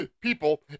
people